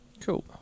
cool